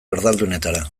erdaldunetara